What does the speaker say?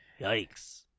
Yikes